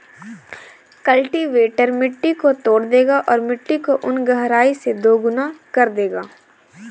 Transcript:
cultivator मिट्टी को तोड़ देगा और मिट्टी को उन गहराई से दोगुना कर देगा